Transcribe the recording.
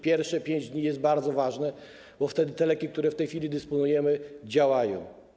Pierwsze 5 dni jest bardzo ważne, bo wtedy te leki, którymi w tej chwili dysponujemy, działają.